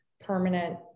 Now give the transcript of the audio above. permanent